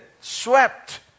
swept